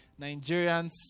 Nigerians